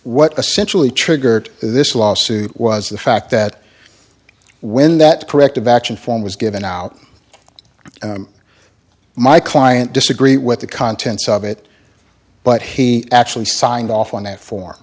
what essentially triggered this lawsuit was the fact that when that corrective action form was given out my client disagree with the contents of it but he actually signed off on that for